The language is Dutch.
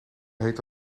heet